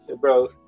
Bro